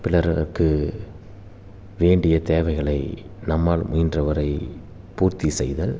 பிலறருக்கு வேண்டிய தேவைகளை நம்மால் முயன்றவரை பூர்த்தி செய்தல்